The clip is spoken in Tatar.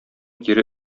кире